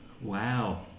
Wow